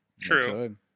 True